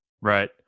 Right